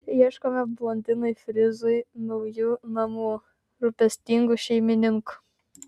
ieškome blondinui frizui naujų namų rūpestingų šeimininkų